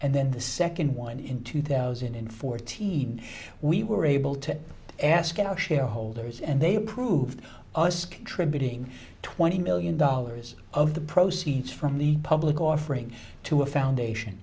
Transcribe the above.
and then the second one in two thousand and fourteen we were able to ask our shareholders and they approved us contributing twenty million dollars of the proceeds from the public offering to a foundation